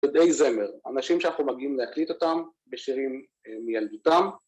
‫בדי זמר, אנשים שאנחנו מגיעים ‫להקליט אותם בשירים מילדותם.